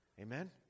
Amen